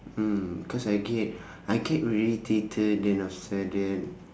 mm cause I get I get v~ irritated and upsetted